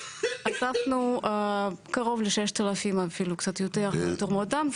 לקחנו קרוב ל- 6,000 אפילו קצת יותר תרומות דם,